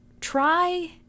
Try